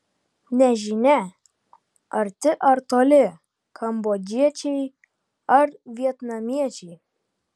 nežinia arti ar toli kambodžiečiai ar vietnamiečiai